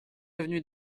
avenue